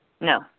No